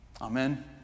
Amen